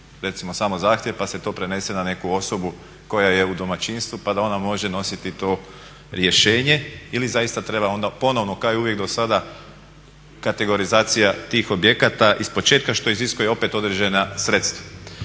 recimo samo zahtjev pa se to prenese na neku osobu koja je u domaćinstvu pa da ona može nositi to rješenje ili zaista treba onda ponovno kao i uvijek do sada kategorizacija tih objekata ispočetka što iziskuje opet određena sredstva.